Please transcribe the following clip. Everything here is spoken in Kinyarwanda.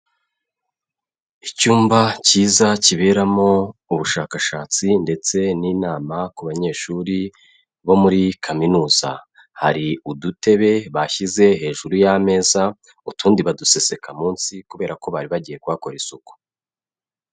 Icyumba kiza kiberamo ubushakashatsi ndetse n'inama ku banyeshuri bo muri kaminuza, hari udutebe bashyize hejuru y'ameza, utundi baduseseka munsi kubera ko bari bagiye kuhakora isuku.